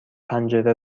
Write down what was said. پنجره